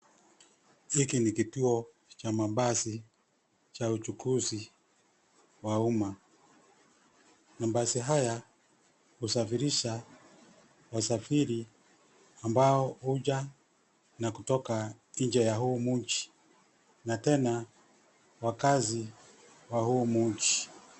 Hiki ni kituo cha mabasi cha uchukuzi wa umma. Mabasi haya husafirisha wasafiri , ambao huja na kutoka nje ya huu mji , na tena wakaazi wa huu mji.